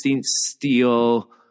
steel